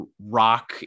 rock